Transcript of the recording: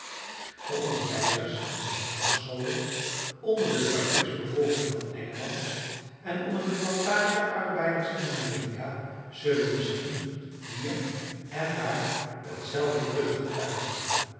de onderwijzers in de zondagsscholen onder de fabrieksbevolking van engeland en onder de plantage arbeiders in amerika zullen misschien hier en daar hetzelfde kunnen getuigen